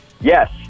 yes